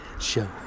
show